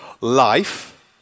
life